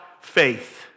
faith